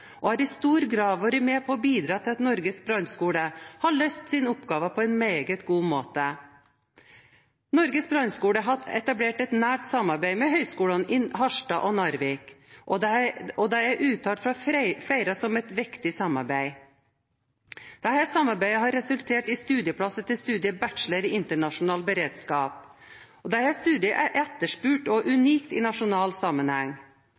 og har i stor grad vært med på å bidra til at Norges brannskole har løst sine oppgaver på en meget god måte. Norges brannskole har etablert et nært samarbeid med høyskolene i Harstad og Narvik, og det er av flere omtalt som et viktig samarbeid. Dette samarbeidet har resultert i studieplasser til studiet Bachelor i Internasjonal beredskap. Dette studiet er etterspurt og unikt i nasjonal sammenheng.